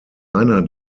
einer